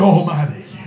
Almighty